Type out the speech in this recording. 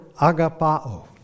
agapao